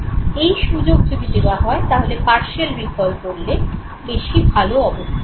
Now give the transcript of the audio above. এই সুযোগ যদি দেওয়া হয় তাহলে পারশিয়াল রিকল করলে বেশি ভালো অবস্থা হবে